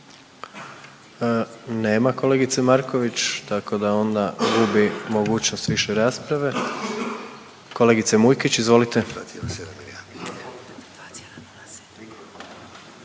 Nema kolegice Marković, tako da onda gubi mogućnost više rasprave. Kolegice Mujkić, izvolite.